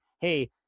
Hey